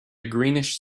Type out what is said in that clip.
greenish